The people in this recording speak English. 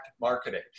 marketing